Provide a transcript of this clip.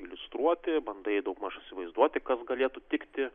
iliustruoti bandai daugmaž įsivaizduoti kas galėtų tikti